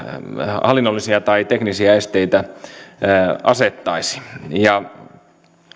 hallinnollisia tai teknisiä esteitä asettaisi